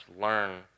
learn